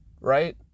right